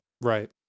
Right